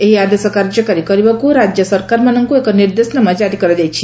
ଏହି ଆଦେଶ କାର୍ଯ୍ୟକାରୀ କରିବାକୁ ରାଜ୍ୟ ସରକାରମାନଙ୍କୁ ଏକ ନିର୍ଦ୍ଦେଶାନାମା କାରି କରାଯାଇଛି